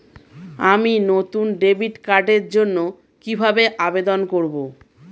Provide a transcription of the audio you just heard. আমি নতুন ডেবিট কার্ডের জন্য কিভাবে আবেদন করব?